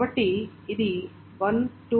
కాబట్టి ఇది 1 2